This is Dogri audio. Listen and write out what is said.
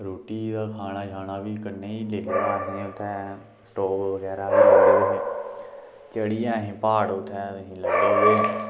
रुट्टी दा खाना शाना बी कन्नै गै लेदा हा उत्थें स्टोव बगैरा बी लेते दे चढ़ी गे असें प्हाड़ उत्थै